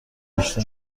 بیشتر